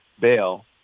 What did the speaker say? bail